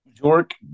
York